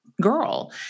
girl